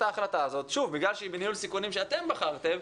ההחלטה הזאת בגלל שהיא בניהול סיכונים שאתם בחרתם